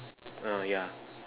ah yeah